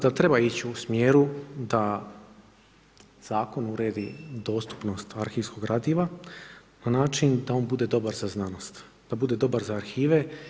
Da treba ići u smjeru da zakon uredi dostupnost arhivskog gradiva na način da on bude dobar za znanost, da bude dobar za arhive.